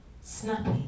snappy